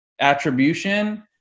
attribution